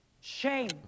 Shame